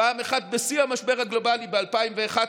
פעם אחת בשיא המשבר הגלובלי ב-2011,